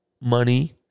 money